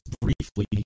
briefly